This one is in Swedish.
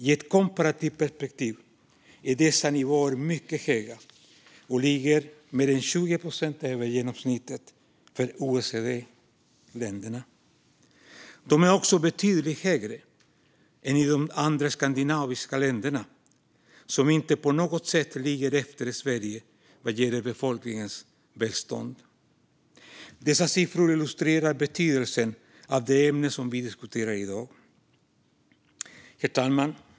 I ett komparativt perspektiv är dessa nivåer mycket höga och ligger mer än 20 procent över genomsnittet för OECD-länderna. De är också betydligt högre än i de andra skandinaviska länderna, som inte på något sätt ligger efter Sverige vad gäller befolkningens välstånd. Dessa siffror illustrerar betydelsen av det ämne som vi diskuterar i dag. Herr talman!